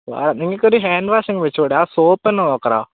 നിങ്ങൾക്കൊരു ഹാൻവാഷെങ്കിലും വെച്ചുകൂടെ ആ സോപ്പുതന്നെ നോക്കെടാ